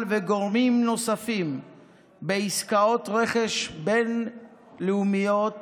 וגורמים נוספים בעסקאות רכש בין-לאומיות